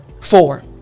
four